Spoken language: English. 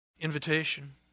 Invitation